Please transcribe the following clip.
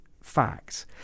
facts